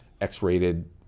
X-rated